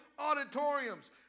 auditoriums